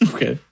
Okay